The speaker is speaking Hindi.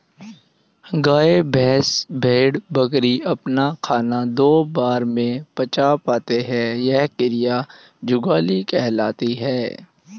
गाय, भैंस, भेड़, बकरी अपना खाना दो बार में पचा पाते हैं यह क्रिया जुगाली कहलाती है